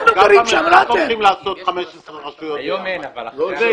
אנחנו צריכים לעשות 15 רשויות בני ברק,